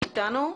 שלום.